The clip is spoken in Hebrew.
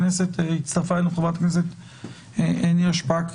הצטרפה אלינו חברת הכנסת נירה שפק.